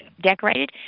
decorated